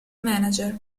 manager